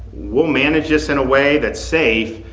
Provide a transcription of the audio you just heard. we'll manage this in a way that's safe.